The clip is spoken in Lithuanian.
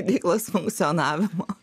veiklos funkcionavimo